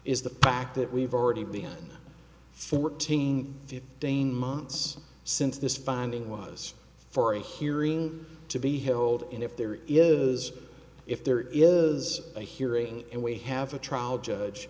is the fact that we've already begun fourteen fifteen months since this finding was for a hearing to be held and if there is if there is a hearing and we have a trial judge